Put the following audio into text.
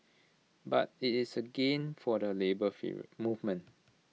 but IT is A gain for the labour movement